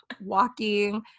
walking